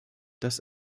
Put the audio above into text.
das